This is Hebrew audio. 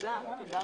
תודה רבה.